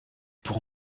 pour